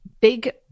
big